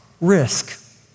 risk